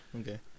Okay